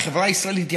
והחברה הישראלית,